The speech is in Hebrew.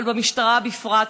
אבל במשטרה בפרט,